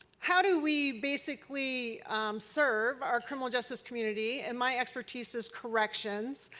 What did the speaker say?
how do we basically serve our criminal justice community. and my expertise is corrections.